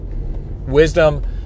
wisdom